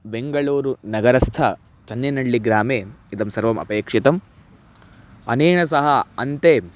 बेङ्गळूरुनगरस्थ चन्नैनळ्ळि ग्रामे इदं सर्वम् अपेक्षितम् अनेन सह अन्ते